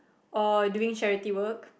or doing charity work